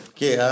Okay